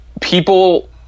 people